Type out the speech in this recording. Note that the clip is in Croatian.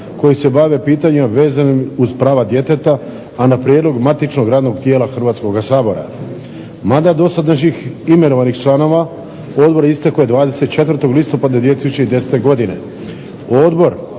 koji se bave pitanjima vezanim uz prava djeteta, a na prijedlog matičnog radnog tijela Hrvatskog sabora. Mada do sada ... imenovanih članova odbor ... 24. listopada 2010. godine.